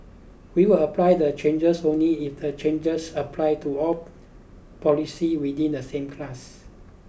we will apply the changes only if the changes apply to all policies within the same class